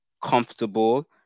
comfortable